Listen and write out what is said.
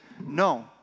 no